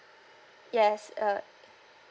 yes uh